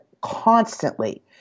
constantly